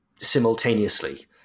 simultaneously